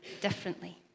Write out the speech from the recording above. differently